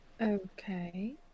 okay